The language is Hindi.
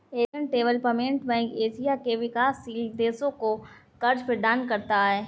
एशियन डेवलपमेंट बैंक एशिया के विकासशील देशों को कर्ज प्रदान करता है